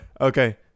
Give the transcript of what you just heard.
Okay